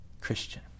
Christian